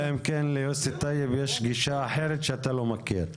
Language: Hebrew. אלא אם כן ליוסי טייב יש גישה אחרת שאתה לא מכיר.